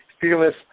fearless